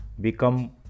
become